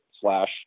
slash